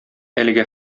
әлегә